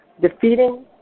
defeating